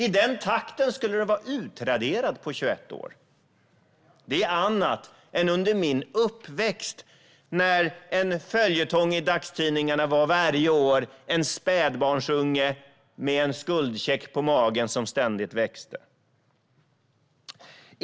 I den takten skulle den vara utraderad på 21 år. Det är annat än under min uppväxt, när en följetong i dagstidningarna varje år var en spädbarnsunge med en skuldcheck på magen som ständigt växte.